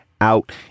out